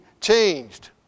changed